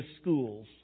schools